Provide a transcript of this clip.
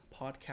podcast